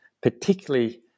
particularly